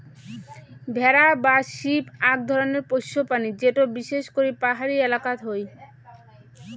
ভেড়া বা শিপ আক ধরণের পোষ্য প্রাণী যেটো বিশেষ করি পাহাড়ি এলাকাত হই